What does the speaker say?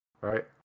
right